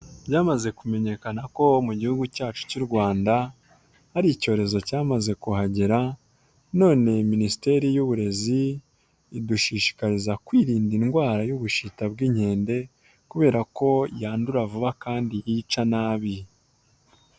Byamaze kumenyekana ko mu gihugu cyacu cy'u Rwanda, hari icyorezo cyamaze kuhagera, none Minisiteri y'uburezi idushishikariza kwirinda indwara y'ubushita bw'inkende kubera ko yandura vuba kandi yica nabi.